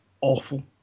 awful